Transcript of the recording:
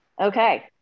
Okay